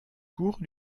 court